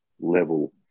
level